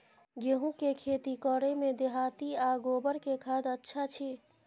गेहूं के खेती करे में देहाती आ गोबर के खाद अच्छा छी?